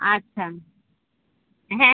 আচ্ছা হ্যাঁ